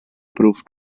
proof